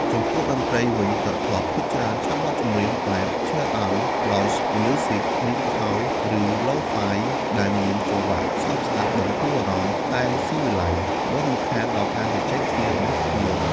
ចំពោះតន្ត្រីវិញ ឌឹ ថប់ ភាគច្រើនចាក់បទចម្រៀងបែប ឈីលអោត (Chill Out), ឡោនច៍ ម្យូស៊ិក (Lounge Music), ឌីប ហោស៍ (Deep House) ឬ ឡូហ្វាយ (Lo-Fi) ដែលមានចង្វាក់ស្ងប់ស្ងាត់ បន្ធូរអារម្មណ៍ តែស៊ីវិល័យ មិនរំខានដល់ការជជែកគ្នារបស់ភ្ញៀវ។